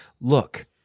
look